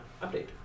update